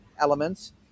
elements